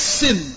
sin